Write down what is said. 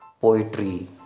poetry